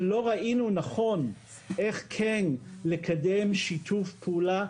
שלא ראינו נכון איך כן לקדם שיתוף פעולה,